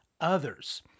others